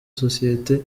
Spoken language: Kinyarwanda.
sosiyete